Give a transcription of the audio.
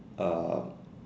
uh